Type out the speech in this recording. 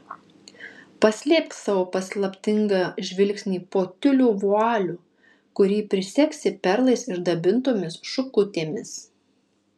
paslėpk savo paslaptingą žvilgsnį po tiulio vualiu kurį prisegsi perlais išdabintomis šukutėmis